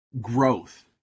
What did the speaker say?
growth